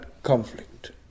Conflict